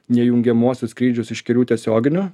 ne jungiamuosius skrydžius iš kelių tiesioginio